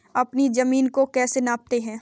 अपनी जमीन को कैसे नापते हैं?